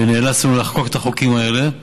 ונאלצנו לחוקק את החוקים האלה.